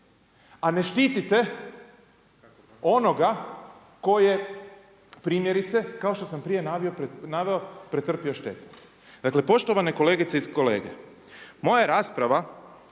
a ne štitite onoga tko je primjerice kao što sam prije naveo pretrpio štetu. Dakle, poštovane kolegice i kolege, moja je rasprava